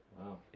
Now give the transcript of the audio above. Wow